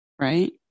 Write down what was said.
Right